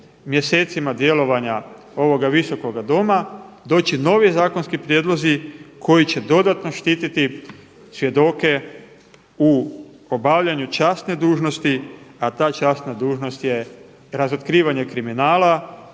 mjesecima djelovanja ovoga Visokoga doma doći novi zakonski prijedlozi koji će dodatno štititi svjedoke u obavljanju časne dužnosti, a ta časna dužnost je razotkrivanje kriminala